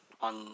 on